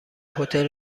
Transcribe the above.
هتل